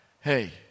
hey